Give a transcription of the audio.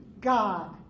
God